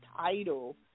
title